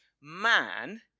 man